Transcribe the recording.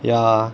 ya